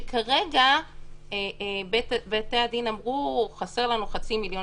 ושכרגע בית הדין אמרו: חסרים לנו חצי מיליון